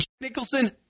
Nicholson